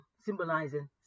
symbolizing